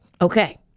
Okay